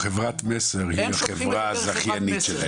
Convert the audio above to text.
חברת מסר היא חברה זכיינית שלהם,